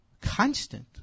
Constant